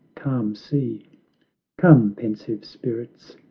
calm sea come, pensive spirits,